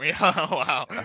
wow